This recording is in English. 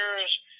years